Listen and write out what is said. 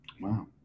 Wow